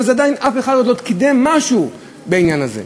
אבל עדיין אף אחד עוד לא קידם משהו בעניין הזה,